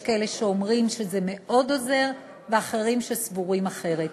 יש כאלה שאומרים שזה מאוד עוזר ואחרים שסבורים אחרת.